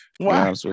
Wow